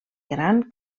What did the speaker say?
gran